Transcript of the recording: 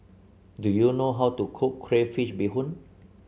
do you know how to cook Crayfish Beehoon